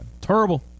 Terrible